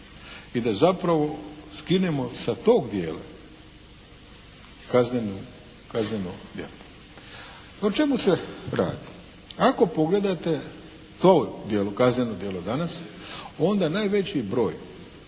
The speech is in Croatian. i da zapravo skinemo sa tog dijela kazneno djelo. O čemu se radi? ako pogledate to kazneno djelo danas onda najveći broj